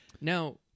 Now